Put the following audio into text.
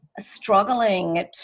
struggling